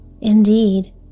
Indeed